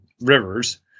rivers